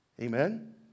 Amen